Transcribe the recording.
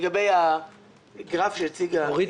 לגבי הגרף שהציגה חברת הכנסת פרקש --- אורית